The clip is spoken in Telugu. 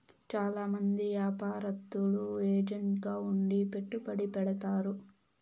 చాలా మంది యాపారత్తులు ఏజెంట్ గా ఉండి పెట్టుబడి పెడతారు